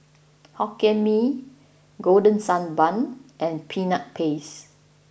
Hokkien Mee Golden Sand Bun and Peanut Paste